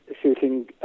shooting